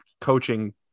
coaching